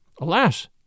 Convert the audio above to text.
Alas